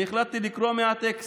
אני החלטתי לקרוא מהטקסט.